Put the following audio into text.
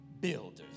builders